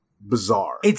bizarre